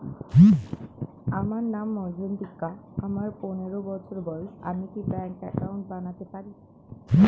আমার নাম মজ্ঝন্তিকা, আমার পনেরো বছর বয়স, আমি কি ব্যঙ্কে একাউন্ট বানাতে পারি?